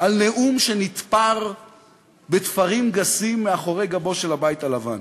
על נאום שנתפר בתפרים גסים מאחורי גבו של הבית הלבן.